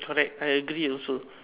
correct I agree also